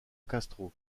castro